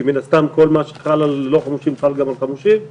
כי מן הסתם כל מה שחל על לא חמושים חל גם עם חמושים ועוד.